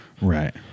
Right